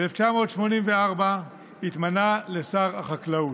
ב-1984 התמנה לשר החקלאות,